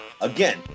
again